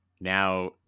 Now